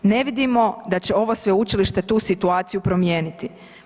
Ne vidimo da će ovo sveučilište tu situaciju promijeniti.